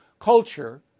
culture